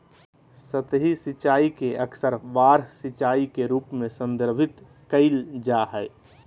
सतही सिंचाई के अक्सर बाढ़ सिंचाई के रूप में संदर्भित कइल जा हइ